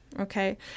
Okay